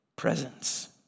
presence